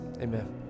Amen